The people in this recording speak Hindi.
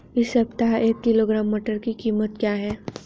इस सप्ताह एक किलोग्राम मटर की कीमत क्या है?